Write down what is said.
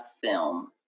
film